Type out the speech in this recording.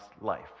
life